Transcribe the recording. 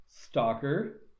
stalker